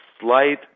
Slight